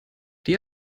die